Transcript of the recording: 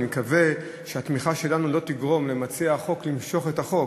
אני מקווה שהתמיכה שלנו לא תגרום למציעי החוק למשוך את החוק,